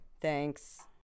Thanks